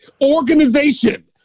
Organization